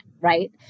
right